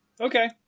Okay